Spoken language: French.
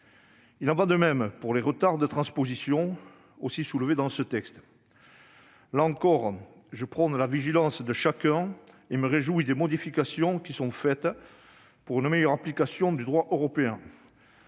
Il en va de même pour les retards de transposition, aussi soulevés dans ce texte. Là encore, je prône la vigilance de chacun et me réjouis des modifications apportées pour une meilleure application du droit européen,